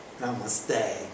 Namaste